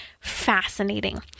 fascinating